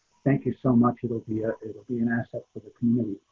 thank you so much. it will be ah it will be an asset to the community.